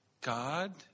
God